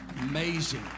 amazing